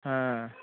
ಹಾಂ